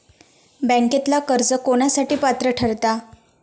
बँकेतला कर्ज कोणासाठी पात्र ठरता?